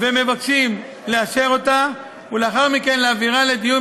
ומבקשים לאשר אותו ולאחר מכן להעבירו לדיון